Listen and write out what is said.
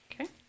Okay